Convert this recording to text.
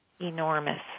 enormous